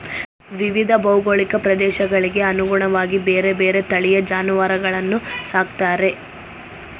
ವಿವಿಧ ಭೌಗೋಳಿಕ ಪ್ರದೇಶಗಳಿಗೆ ಅನುಗುಣವಾಗಿ ಬೇರೆ ಬೇರೆ ತಳಿಯ ಜಾನುವಾರುಗಳನ್ನು ಸಾಕ್ತಾರೆ